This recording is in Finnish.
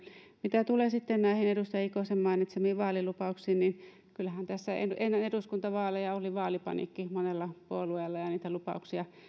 mitä tulee sitten näihin edustaja ikosen mainitsemiin vaalilupauksiin niin kyllähän tässä ennen eduskuntavaaleja oli vaalipaniikki monella puolueella ja niitä lupauksia